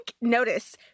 notice